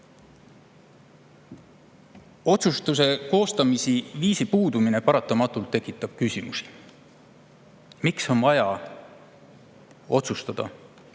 Otsuse koostamise viis paratamatult tekitab küsimusi. Miks on vaja otsustada